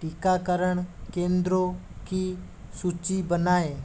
टीकाकरण केंद्रों की सूची बनाएँ